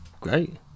Great